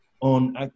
on